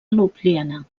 ljubljana